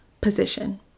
position